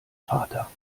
vater